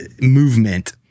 movement